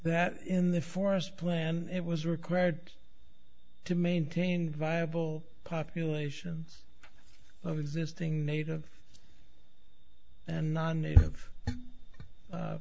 at in the forest plan it was required to maintain viable populations of existing native and non native